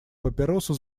папиросу